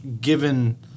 given